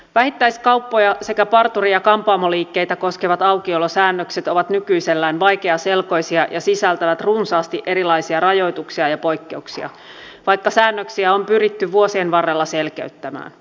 vähittäiskauppoja sekä parturi ja kampaamoliikkeitä koskevat aukiolosäännökset ovat nykyisellään vaikeaselkoisia ja sisältävät runsaasti erilaisia rajoituksia ja poikkeuksia vaikka säännöksiä on pyritty vuosien varrella selkeyttämään